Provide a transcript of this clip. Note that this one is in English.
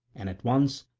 and at once,